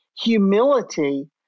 humility